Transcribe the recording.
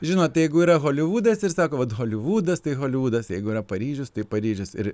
žinot jeigu yra holivudas ir sako vat holivudas tai holivudas jeigu yra paryžius tai paryžius ir